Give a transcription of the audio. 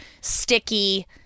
sticky